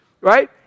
right